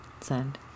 Send